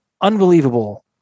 unbelievable